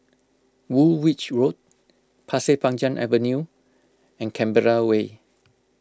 Woolwich Road Pasir Panjang Avenue and Canberra Way